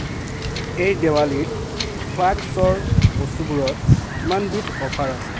এই দেৱালীত ফ্লাস্কৰ বস্তুবোৰত কিমান বিধ অফাৰ আছে